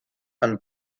and